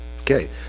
okay